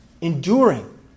enduring